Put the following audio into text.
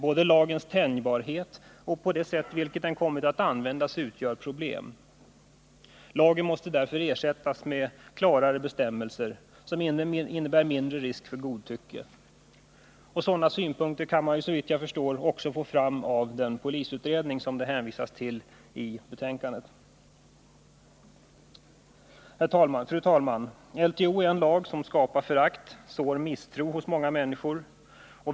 Både lagens tänjbarhet och det sätt på vilket den har kommit att användas utgör problem. Denna lag måste därför ersättas med klarare bestämmelser, vilka innebär mindre risk för godtycke. Sådana synpunkter kan man såvitt jag förstår få fram också i den polisutredning som det hänvisas till i betänkandet. Fru talman! LTO är en lag som skapar förakt och sår misstro hos många människor.